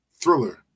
Thriller